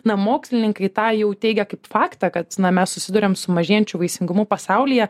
na mokslininkai tą jau teigia kaip faktą kad na mes susiduriam su mažėjančiu vaisingumu pasaulyje